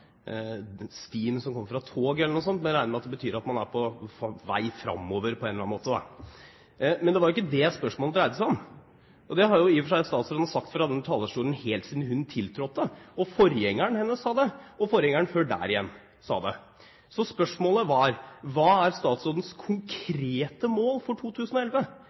var ikke det spørsmålet dreide seg om. Dette har statsråden i og for seg sagt fra denne talerstolen helt siden hun tiltrådte, og forgjengeren hennes sa det, og forgjengeren før der igjen sa det. Spørsmålet var: Hva er statsrådens konkrete mål for 2011